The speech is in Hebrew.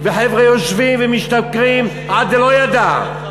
חבר'ה יושבים ומשתכרים עד דלא ידע.